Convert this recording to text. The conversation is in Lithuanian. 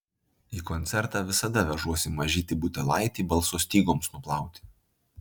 į koncertą visada vežuosi mažytį butelaitį balso stygoms nuplauti